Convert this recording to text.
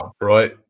right